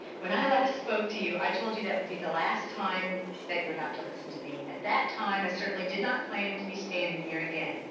when i last spoke to you, i told you that would be the last time that you would have to listen to me. at that time, i certainly did not plan to be standing here again.